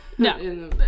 No